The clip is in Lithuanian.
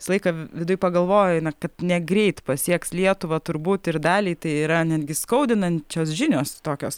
visą laiką viduj pagalvoji na kad negreit pasieks lietuvą turbūt ir daliai tai yra netgi skaudinančios žinios tokios